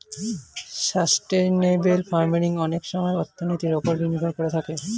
sustainable farming অনেক সময়ে অর্থনীতির ওপর নির্ভর করে থাকে